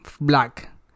black